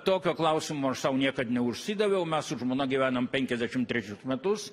tokio klausimo aš sau niekad neužsidaviau mes su žmona gyvenam penkiasdešim trečius metus